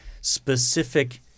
specific